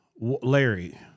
Larry